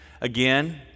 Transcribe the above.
again